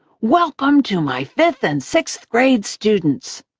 welcome to my fifth and sixth-grade students,